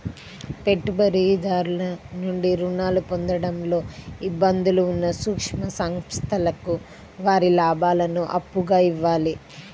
పెట్టుబడిదారుల నుండి రుణాలు పొందడంలో ఇబ్బందులు ఉన్న సూక్ష్మ సంస్థలకు వారి లాభాలను అప్పుగా ఇవ్వాలి